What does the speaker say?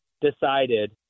decided